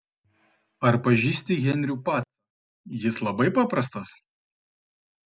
ar pažįsti henrių pacą jis labai paprastas